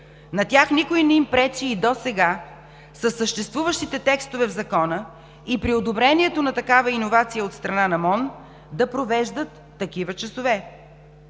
На тях никой не им пречи и досега със съществуващите текстове в Закона и при одобрението на такава иновация от страна на Министерството